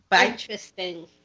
Interesting